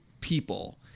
people